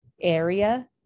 area